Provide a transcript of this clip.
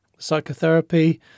psychotherapy